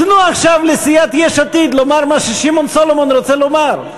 תנו עכשיו לסיעת יש עתיד לומר מה ששמעון סולומון רוצה לומר.